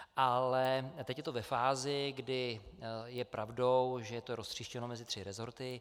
A teď je to ve fázi, kdy je pravdou, že je to roztříštěno mezi tři resorty.